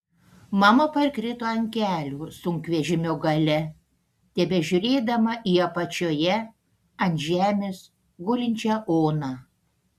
mama parkrito ant kelių sunkvežimio gale tebežiūrėdama į apačioje ant žemės gulinčią oną